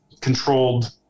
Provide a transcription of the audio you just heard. controlled